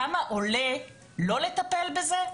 כמה עולה לא לטפל בזה?